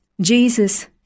Jesus